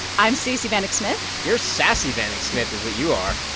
i'm stacey vanek smith you're sassy vanek smith is what you are.